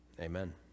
amen